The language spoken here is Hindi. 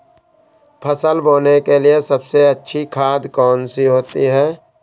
फसल बोने के लिए सबसे अच्छी खाद कौन सी होती है?